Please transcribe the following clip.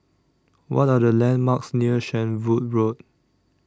What Are The landmarks near Shenvood Road